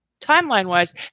timeline-wise